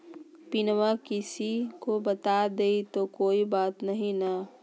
पिनमा किसी को बता देई तो कोइ बात नहि ना?